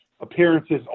appearances